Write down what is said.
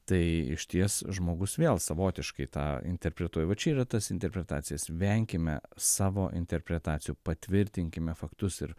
tai išties žmogus vėl savotiškai tą interpretuoja va čia yra tas interpretacijas venkime savo interpretacijų patvirtinkime faktus ir